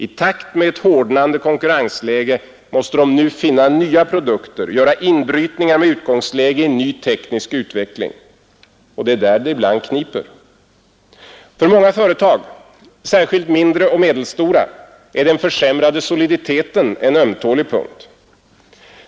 I takt med ett hårdnande konkurrensläge måste de nu finna nya produkter, göra inbrytningar med utgångsläge i ny teknisk utveckling, och det är där det ibland kniper. För många företag — särskilt mindre och medelstora — är den försämrade soliditeten en ömtålig punkt.